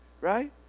right